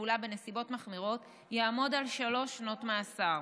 תחבולה בנסיבות מחמירות יעמוד על שלוש שנות מאסר,